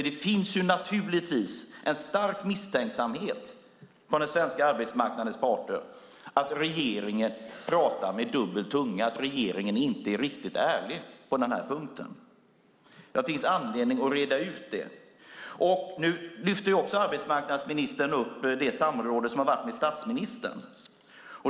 Det finns naturligtvis en stark misstänksamhet från den svenska arbetsmarknadens parter att regeringen pratar med dubbel tunga och inte är riktigt ärlig på den här punkten. Det finns anledning att reda ut det. Nu lyfter arbetsmarknadsministern upp det samråd som varit med statsministern.